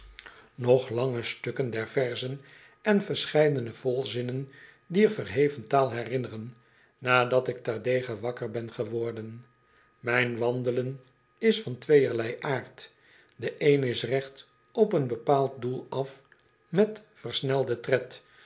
lange stukken der verzon en verscheidene volzinnen dier verheven taal herinneren nadat ik terdege wakker ben geworden mijn wandelen is van tweeërlei aard de een is recht op een bepaald doel af met versnelden tred